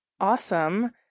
awesome